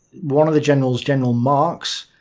one of the generals, general marcks,